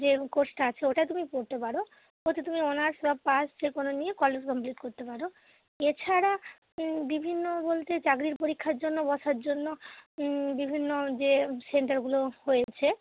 যে কোর্সটা আছে ওটায় তুমি পড়তে পারো ওতে তুমি অনার্স বা পাস যে কোনো নিয়ে কলেজ কমপ্লিট করতে পারো এছাড়া বিভিন্ন বলতে চাকরির পরীক্ষার জন্য বসার জন্য বিভিন্ন যে সেন্টারগুলো হয়েছে